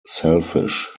selfish